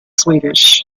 swedish